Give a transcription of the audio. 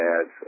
ads